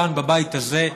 כאן בבית הזה,